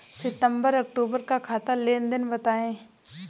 सितंबर अक्तूबर का खाते का लेनदेन बताएं